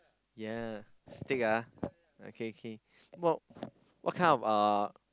yea steak ah okay okay what what kind of uh